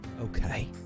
Okay